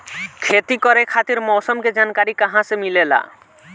खेती करे खातिर मौसम के जानकारी कहाँसे मिलेला?